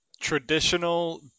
Traditional